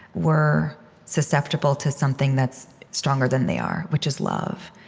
were susceptible to something that's stronger than they are, which is love.